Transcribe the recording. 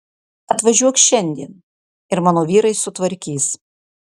atvažiuok šiandien ir mano vyrai sutvarkys